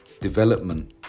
development